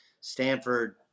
Stanford